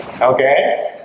Okay